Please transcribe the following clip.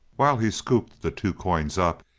while he scooped the two coins up,